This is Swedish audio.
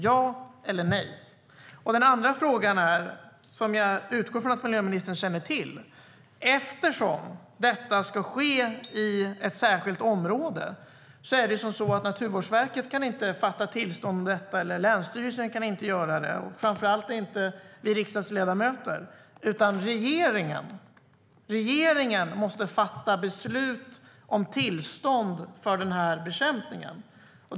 Ja eller nej? Jag utgår från att miljöministern känner till att Naturvårdsverket inte kan besluta om tillstånd eftersom detta ska ske i ett särskilt område. Länsstyrelsen kan inte heller göra det, och framför allt kan inte vi riksdagsledamöter göra det. Det är regeringen som måste fatta beslut om tillstånd för bekämpningen.